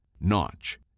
Notch